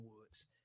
Woods